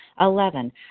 Eleven